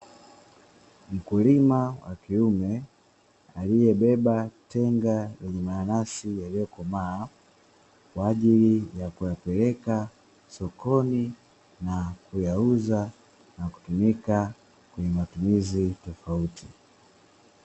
Mkulima wa kiume aliyebeba tenga lenye mananasi yaliyokomaa, kwa ajili ya kuyapeleka sokoni na kuyauza na kutumika kwenye matumizi tofauti.